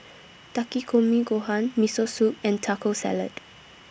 Takikomi Gohan Miso Soup and Taco Salad